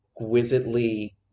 exquisitely